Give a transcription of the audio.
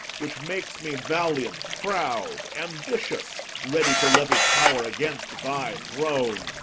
which makes me valiant, proud, ambitious, ready to levy power against thy throne,